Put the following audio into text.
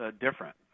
different